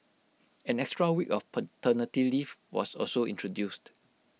an extra week of paternity leave was also introduced